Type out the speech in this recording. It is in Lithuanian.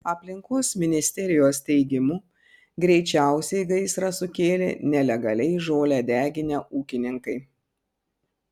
aplinkos ministerijos teigimu greičiausiai gaisrą sukėlė nelegaliai žolę deginę ūkininkai